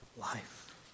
life